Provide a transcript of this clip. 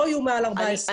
לא יהיו מעל 14,000,